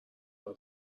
برا